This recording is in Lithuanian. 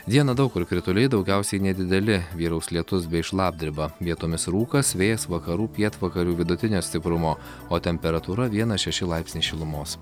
dieną daug kur krituliai daugiausiai nedideli vyraus lietus bei šlapdriba vietomis rūkas vėjas vakarų pietvakarių vidutinio stiprumo o temperatūra vienas šeši laipsniai šilumos